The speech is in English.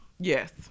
Yes